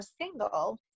single